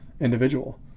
individual